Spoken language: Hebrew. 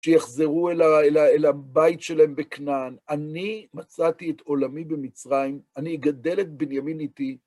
שיחזרו אל הבית שלהם בכנען. אני מצאתי את עולמי במצרים, אני אגדל את בנימין איתי.